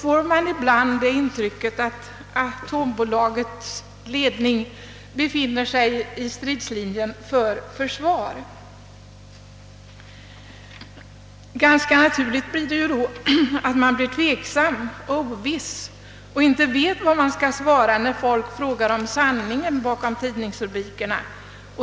får man ibland det intrycket, att ledningen för AB Atomenergi befinner sig i försvarsposition. Det är då ganska naturligt att man blir tveksam och oviss och inte vet vad man skall svara när folk frågar om sanningen bakom tidningsrubrikerna.